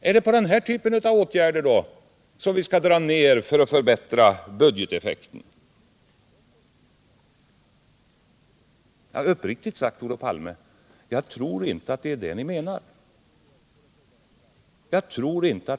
Är det den här typen av åtgärder som vi skall skära ner för att förbättra budgeteffekten? Uppriktigt sagt, Olof Palme, så tror jag inte att det är det ni menar.